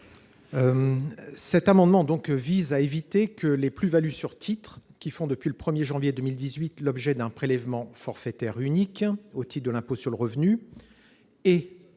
Cet amendement vise à éviter que les plus-values sur titres, qui font depuis le 1 janvier 2018 l'objet d'un prélèvement forfaitaire unique au titre de l'impôt sur le revenu et